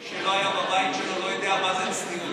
מי שלא היה בבית שלו לא יודע מה זה צניעות.